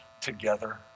together